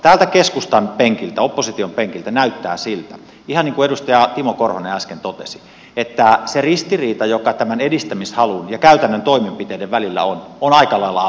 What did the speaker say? täältä keskustan penkiltä opposition penkiltä näyttää siltä ihan niin kuin edustaja timo korhonen äsken totesi että se ristiriita joka tämän edistämishalun ja käytännön toimenpiteiden välillä on on aika lailla ammottava